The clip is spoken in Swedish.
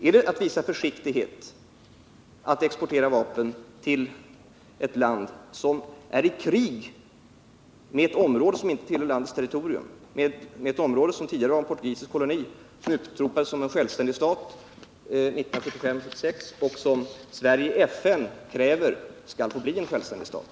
Är det att visa försiktighet att exportera vapen till ett land som är i krig med ett område som inte tillhör landets territorium, med ett område som tidigare var en portugisisk koloni men utropades till självständig stat 1975-1976, och som Sverige i FN kräver skall få förbli en självständig stat?